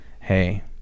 hey